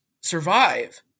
survive